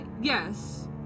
Yes